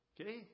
Okay